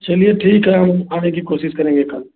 चलिए ठीक है हम आने की कोशिश करेंगे कल